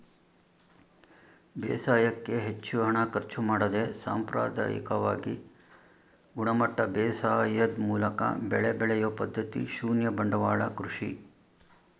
ಬೇಸಾಯಕ್ಕೆ ಹೆಚ್ಚು ಹಣ ಖರ್ಚು ಮಾಡದೆ ಸಾಂಪ್ರದಾಯಿಕವಾಗಿ ಗುಣಮಟ್ಟ ಬೇಸಾಯದ್ ಮೂಲಕ ಬೆಳೆ ಬೆಳೆಯೊ ಪದ್ಧತಿ ಶೂನ್ಯ ಬಂಡವಾಳ ಕೃಷಿ